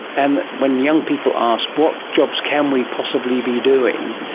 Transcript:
and when young people ask what jobs can we possibly be doing,